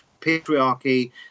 patriarchy